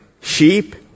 sheep